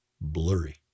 Blurry